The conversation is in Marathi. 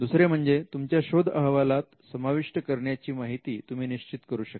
दुसरे म्हणजे तुमच्या शोध अहवालात समाविष्ट करण्याची माहिती तुम्ही निश्चित करू शकता